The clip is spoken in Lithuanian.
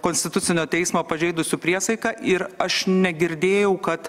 konstitucinio teismo pažeidusiu priesaiką ir aš negirdėjau kad